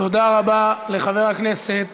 תודה רבה לחבר הכנסת